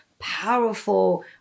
Powerful